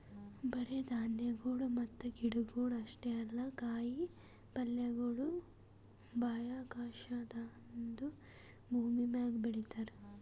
ಬರೇ ಧಾನ್ಯಗೊಳ್ ಮತ್ತ ಗಿಡಗೊಳ್ ಅಷ್ಟೇ ಅಲ್ಲಾ ಕಾಯಿ ಪಲ್ಯಗೊಳನು ಬಾಹ್ಯಾಕಾಶದಾಂದು ಭೂಮಿಮ್ಯಾಗ ಬೆಳಿತಾರ್